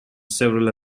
several